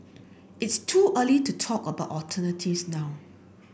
it's too early to talk about alternatives now